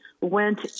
went